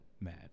mad